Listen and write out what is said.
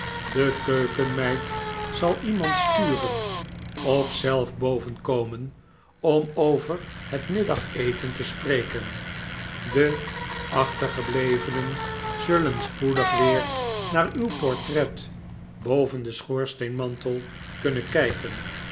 de keukenmeid zal iemand sturen of zelf boven komen om over het middageten te spreken de achtergeblevenen zullen spoedig weer naar uw portret boven den schoorsteenmantel kunnen kijken